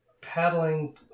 paddling